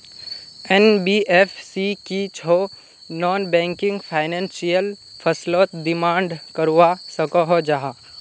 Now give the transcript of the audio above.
NBFC की छौ non banking financial फसलोत डिमांड करवा सकोहो जाहा?